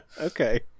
Okay